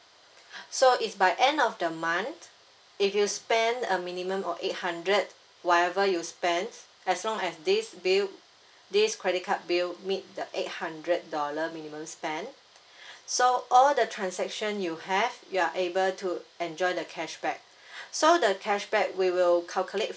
so it's by the end of the month if you spend a minimum of eight hundred whatever you spent as long as this bill this credit card bill meet the eight hundred dollar minimum spend so all the transaction you have you are able to enjoy the cashback so the cashback we will calculate